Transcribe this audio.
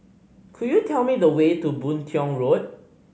could you tell me the way to Boon Tiong Road